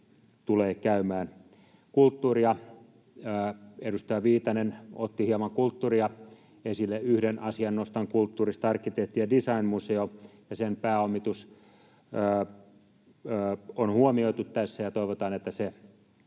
tulee käymään. Edustaja Viitanen otti hieman kulttuuria esille. Yhden asian nostan kulttuurista: Arkkitehtuuri- ja designmuseon pääomitus on huomioitu tässä, ja toivotaan, että se